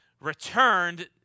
returned